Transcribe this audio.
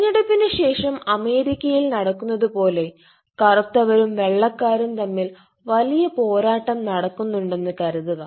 തെരഞ്ഞെടുപ്പിനുശേഷം അമേരിക്കയിൽ നടക്കുന്നത് പോലെ കറുത്തവരും വെള്ളക്കാരും തമ്മിൽ വലിയ പോരാട്ടം നടക്കുന്നുണ്ടെന്ന് കരുതുക